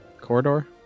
corridor